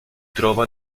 trova